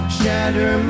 shatter